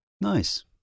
Nice